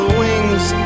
wings